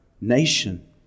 nation